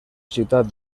ciutat